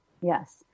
Yes